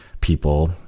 people